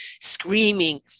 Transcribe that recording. screaming